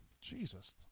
Jesus